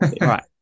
right